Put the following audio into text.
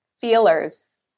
feelers